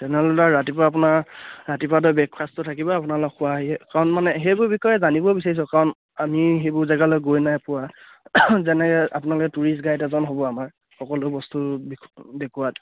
ৰাতিপুৱা আপোনাৰ ৰাতিপুৱাতে ব্ৰেকফাষ্টটো থাকিব আপোনালোক খোৱা আহি কাৰণ মানে সেইবোৰৰ বিষয়ে জানিব বিচাৰিছোঁ কাৰণ আমি সেইবোৰ জেগালৈ গৈ নাই পোৱা যেনে আপোনালোকে ট্য়ুৰিষ্ট গাইড এজন হ'ব আমাৰ সকলো বস্তু দে দেখুওৱাত